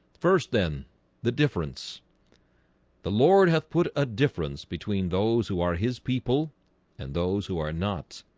first then the difference the lord have put a difference between those who are his people and those who are not